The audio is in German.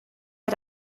hat